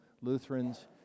Lutherans